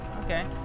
Okay